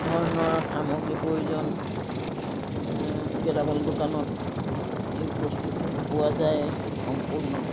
ধৰণৰ সামগ্ৰীৰ প্ৰয়োজন গেলামাল দোকানত সেই বস্তুখিনি পোৱা যায় সম্পূৰ্ণ